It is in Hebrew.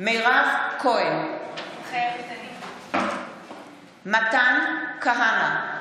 מירב כהן, מתחייבת אני מתן כהנא,